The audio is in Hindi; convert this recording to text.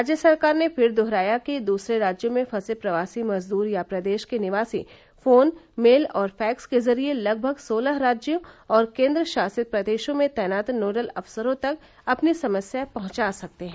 राज्य सरकार ने फिर दृहराया है कि दूसरे राज्यों में फंसे प्रवासी मजदूर या प्रदेश के निवासी फोन मेल और फैक्स के जरिये लगभग सोलह राज्यों और केन्द्रशासित प्रदेशों में तैनात नोडल अफसरों तक अपनी समस्या पहुंचा सकते हैं